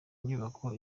nyubako